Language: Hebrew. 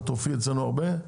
את תופיעי אצלנו הרבה?